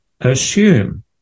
assume